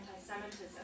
anti-Semitism